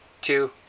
two